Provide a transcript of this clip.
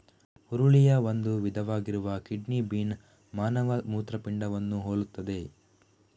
ಹುರುಳಿಯ ಒಂದು ವಿಧವಾಗಿರುವ kidney bean ಮಾನವ ಮೂತ್ರಪಿಂಡವನ್ನು ಹೋಲುತ್ತದೆ